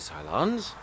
Cylons